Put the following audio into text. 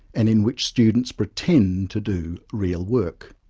and in which students pretend to do real work.